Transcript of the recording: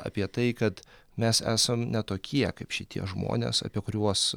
apie tai kad mes esam ne tokie kaip šitie žmonės apie kuriuos